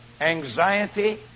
anxiety